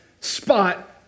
spot